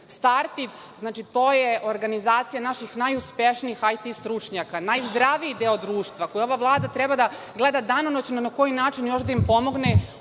„Startit“, znači to je organizacija naših najuspešnijih IT stručnjaka, najzdraviji deo društva koje ova Vlada treba da gleda danonoćno na koji način može da im pomogne,